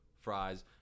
fries